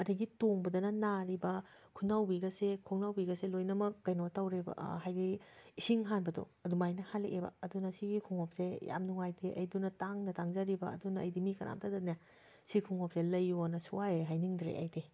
ꯑꯗꯒꯤ ꯇꯣꯡꯕꯗꯅ ꯅꯥꯔꯤꯕ ꯈꯨꯅꯥꯎꯕꯤꯒꯁꯦ ꯈꯣꯡꯅꯥꯎꯕꯤꯒꯁꯦ ꯂꯣꯏꯅꯃꯛ ꯀꯩꯅꯣ ꯇꯧꯔꯦꯕ ꯍꯥꯏꯗꯤ ꯏꯁꯤꯡ ꯍꯥꯟꯕꯗꯣ ꯑꯗꯨꯃꯥꯏꯅ ꯍꯥꯜꯂꯛꯑꯦꯕ ꯑꯗꯨꯅ ꯁꯤꯒꯤ ꯈꯣꯡꯎꯞꯁꯦ ꯌꯥꯝ ꯅꯨꯡꯉꯥꯏꯇꯦ ꯑꯗꯨꯅ ꯇꯥꯡꯅ ꯇꯥꯡꯖꯔꯤꯕ ꯑꯗꯨꯅ ꯑꯩꯗꯤ ꯃꯤ ꯀꯅꯥꯝꯇꯗꯅꯦ ꯁꯤ ꯈꯣꯡꯎꯞꯁꯦ ꯂꯩꯌꯨꯅ ꯁꯨꯡꯍꯥꯏ ꯍꯦꯛ ꯍꯥꯏꯅꯤꯡꯗ꯭ꯔꯦ ꯑꯩꯗꯤ